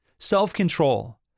Self-control